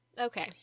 Okay